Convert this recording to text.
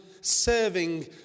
serving